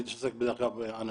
אני מתעסק באנשים.